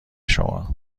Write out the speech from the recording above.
شما